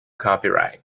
copyright